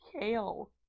Kale